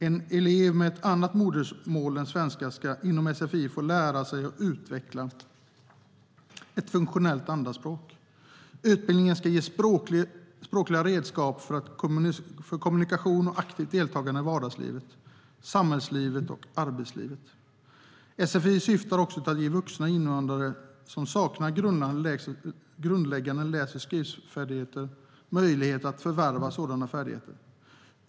En elev med ett annat modersmål än svenska ska inom sfi få lära sig och utveckla ett funktionellt andraspråk. Utbildningen ska ge språkliga redskap för kommunikation och aktivt deltagande i vardagslivet, samhällslivet och arbetslivet. Sfi syftar också till att ge vuxna invandrare som saknar grundläggande läs och skrivfärdigheter möjlighet att förvärva sådana färdigheter.